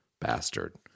bastard